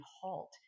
halt